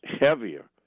heavier